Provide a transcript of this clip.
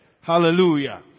Hallelujah